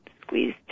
squeeze